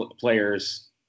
players